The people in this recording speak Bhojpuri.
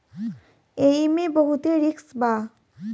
एईमे बहुते रिस्क बा